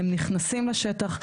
הם נכנסים לשטח.